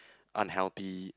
unhealthy